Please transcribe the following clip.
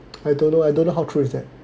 I don't know I don't know how true is that